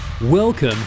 Welcome